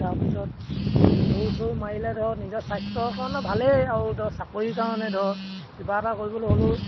তাৰ পিছত দৌৰ চৌৰ মাৰিলে ধৰক নিজৰ স্বাস্থ্যৰ কাৰণে ভালেই আৰু ধৰক চাকৰিৰ কাৰণে ধৰক কিবা এটা কৰিবলৈ হ'লেও